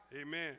Amen